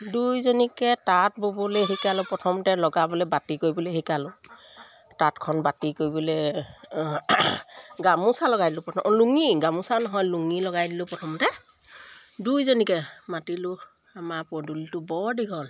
দুইজনীকে তাঁত ব'বলৈ শিকালোঁ প্ৰথমতে লগাবলৈ বাতি কৰিবলৈ শিকালোঁ তাঁতখন বাতি কৰিবলৈ গামোচা লগাই দিলোঁ প্ৰথম লুঙি গামোচা নহয় লুঙি লগাই দিলোঁ প্ৰথমতে দুইজনীকে মাতিলোঁ আমাৰ পদূলিটো বৰ দীঘল